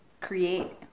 create